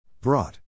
Brought